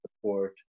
support